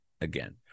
again